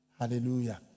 Hallelujah